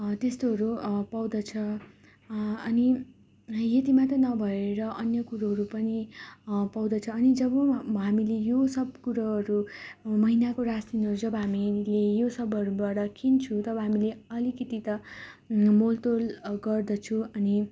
त्यस्तोहरू पाउँदछ अनि र यति मात्र नभएर अन्य कुरोहरू पनि पाउँदछ अनि जब हामीले यो सब कुरोहरू महिनाको रासनहरू जब हामीले यो सबहरूबाट किन्छौँ तब हामीले अलिकति त मोलतोल गर्दछौँ अनि